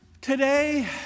today